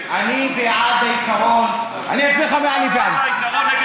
אני רוצה לדעת: אלוביץ' כבר שמע שאתם רוצים להפריד?